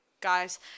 guys